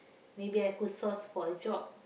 maybe I could source for a job